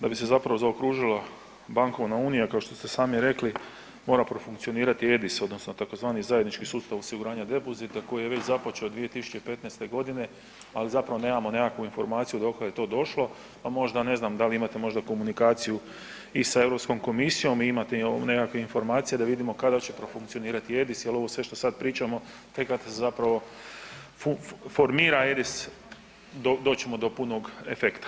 Da bi se zapravo zaokružila bankovna unija kao što ste sami rekli mora profunkcionirati EDIS odnosno tzv. zajednički sustav osiguranja depozita koji je već započeo 2015. godine, ali nemamo nekakvu informaciju dokle je to došlo, pa možda ne znam da li imate možda komunikaciju i sa Europskom komisijom i imate li nekakvih informacija da vidimo kada će profunkcionirati EDIS jer ovo sve što sad pričamo tek kad zapravo formira EDIS doći ćemo do punog efekta.